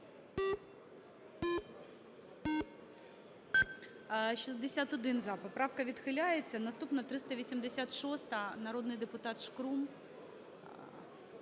За-61 Поправка відхиляється. Наступна – 386-а, народний депутатШкрум.